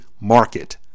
market